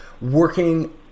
working